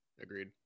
Agreed